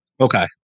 Okay